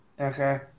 Okay